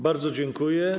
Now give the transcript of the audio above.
Bardzo dziękuję.